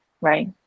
Right